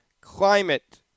climate